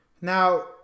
Now